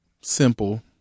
simple